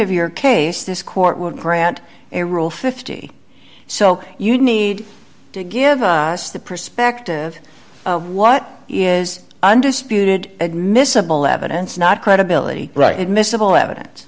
of your case this court would grant a rule fifty so you need to give us the perspective of what is undisputed admissible evidence not credibility right admissible evidence